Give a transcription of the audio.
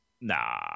Nah